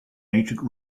ancient